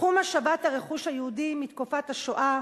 בתחום השבת הרכוש היהודי מתקופות השואה,